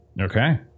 Okay